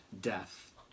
death